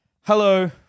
Hello